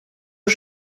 aux